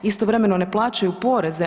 Istovremeno ne plaćaju poreze.